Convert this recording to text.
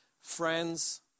friends